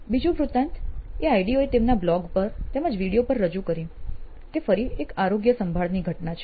બીજું વૃતાંત હે આઈડીઈઓ એ તેમના બ્લોગ તેમજ વિડિઓ પર રજુ કરી તે ફરી એક આરોગ્ય સંભાળની ઘટના છે